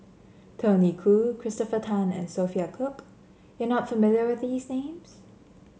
Tony Khoo Christopher Tan and Sophia Cooke you are not familiar with these names